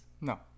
No